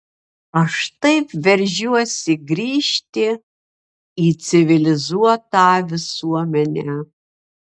aš taip veržiuosi grįžti į civilizuotą visuomenę